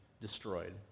destroyed